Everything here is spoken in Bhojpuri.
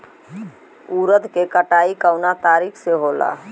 उरद के कटाई कवना तरीका से होला?